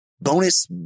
bonus